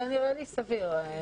זה נראה לי סביר.